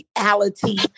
reality